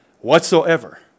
whatsoever